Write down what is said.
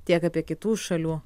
tiek apie kitų šalių